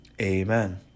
amen